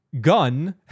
gun